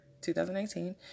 2019